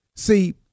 See